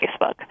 Facebook